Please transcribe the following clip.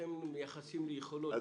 שאתם מייחסים לי יכולות.